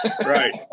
Right